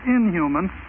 inhuman